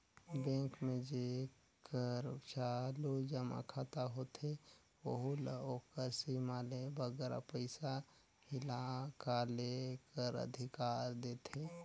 bank में जेकर चालू जमा खाता होथे ओहू ल ओकर सीमा ले बगरा पइसा हिंकाले कर अधिकार देथे